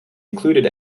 included